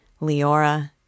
Leora